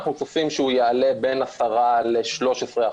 אנחנו צופים שהוא יעלה בין 10% ל-13%.